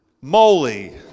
moly